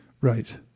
Right